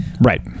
right